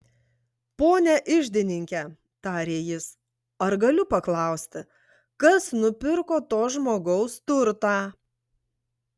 pone iždininke tarė jis ar galiu paklausti kas nupirko to žmogaus turtą